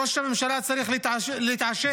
ראש הממשלה צריך להתעשת